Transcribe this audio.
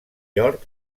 york